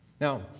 now